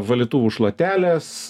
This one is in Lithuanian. valytuvų šluotelės